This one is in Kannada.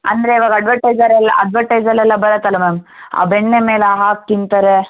ಅಂದರೆ ಇವಾಗ ಅಡ್ವಟೈಸರ್ ಎಲ್ಲಾ ಅಡ್ವಟೈಸಲೆಲ್ಲ ಬರತ್ತಲ್ಲ ಮ್ಯಾಮ್ ಆ ಬೆಣ್ಣೆ ಮೇಲೆ ಹಾಕಿ ತಿನ್ತಾರೆ